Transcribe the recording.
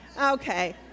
okay